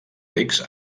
rics